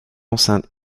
enceinte